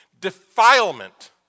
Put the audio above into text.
defilement